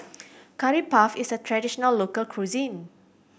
Curry Puff is a traditional local cuisine